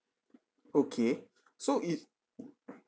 okay so is